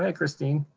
yeah christine?